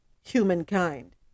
humankind